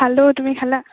খালো তুমি খালা